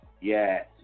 Yes